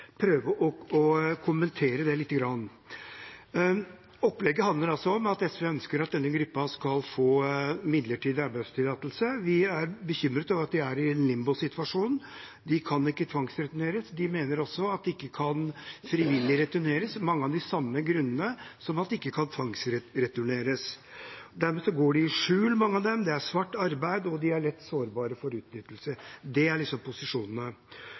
prøve å kommentere det lite grann. Opplegget handler altså om at SV ønsker at denne gruppa skal få midlertidig arbeidstillatelse. Vi er bekymret over at de er i en limbosituasjon. De kan ikke tvangsreturneres. De mener også at de ikke frivillig kan returnere av mange av de samme grunnene som at de ikke kan tvangsreturneres. Dermed går de i skjul, mange av dem, de utfører svart arbeid, og de er lett sårbare for utnyttelse. Det er posisjonene.